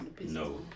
No